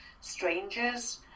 strangers